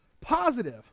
positive